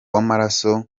w’amaraso